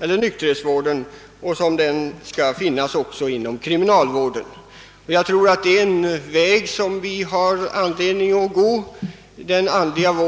nykterhetsvården och inom kriminalvården. Jag anser också att vi har anledning att fortsätta på denna väg.